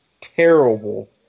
terrible